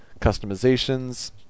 customizations